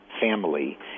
family